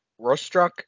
Rostruck